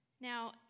Now